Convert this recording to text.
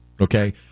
okay